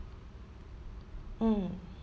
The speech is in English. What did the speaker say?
mm